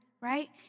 right